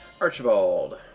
Archibald